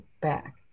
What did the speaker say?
back